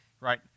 right